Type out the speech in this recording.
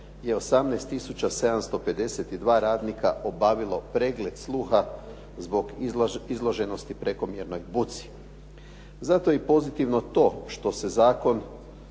Zato je i pozitivno to što se Zakon